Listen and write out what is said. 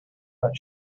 but